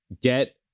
get